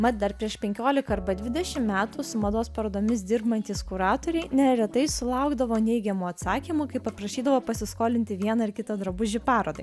mat dar prieš penkiolika arba dvidešim metų su mados parodomis dirbantys kuratoriai neretai sulaukdavo neigiamų atsakymų kai paprašydavo pasiskolinti vieną ar kitą drabužį parodai